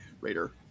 Raider